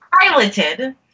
piloted